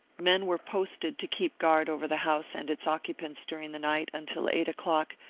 men were posted to keep guard over the house and its occupants during the night until eight o'clock,